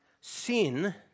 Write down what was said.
Sin